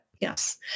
Yes